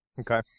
Okay